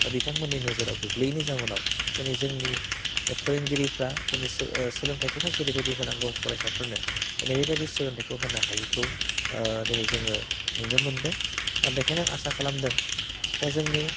दा बिथांमोननि नोजोराव गोग्लैयैनि जाउनाव दिनै जोंनि फोरोंगिरिफ्रा दिनै सोलों सोलोंथाइखौहाय जेरैबायदि होनांगौ फरायसाफोरनो दा नैबे बायदि सोलोंथाइखौ होनो हायैखौ ओह दिनै जोङो नुनो मोनदों दा बेखायनो आं आसा खालामदों दा जोंनि